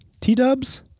t-dubs